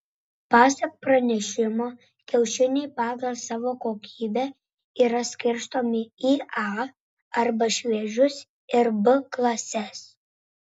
pasak pranešimo kiaušiniai pagal savo kokybę yra skirstomi į a arba šviežius ir b klases